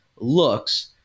Looks